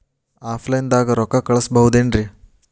Offline ದಾಗ ರೊಕ್ಕ ಕಳಸಬಹುದೇನ್ರಿ?